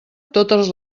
totes